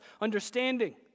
understanding